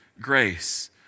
grace